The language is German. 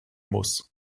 muss